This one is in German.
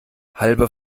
halbe